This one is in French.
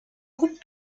groupes